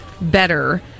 better